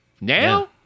now